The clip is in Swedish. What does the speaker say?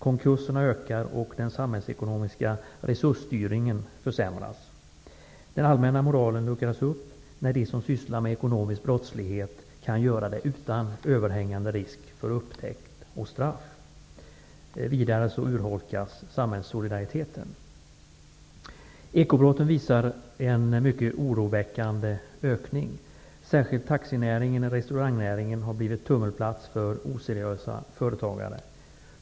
Konkurserna ökar, och den samhällsekonomiska resursstyrningen försämras. Den allmänna moralen luckras upp när de som sysslar med ekonomisk brottslighet kan göra det utan överhängande risk för upptäckt och straff. Vidare urholkas samhällssolidariteten. Ekobrotten visar en mycket oroväckande ökning. Särskilt taxinäringen och restaurangnäringen har blivit tummelplats för oseriösa företagare.